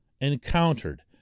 encountered